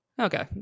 Okay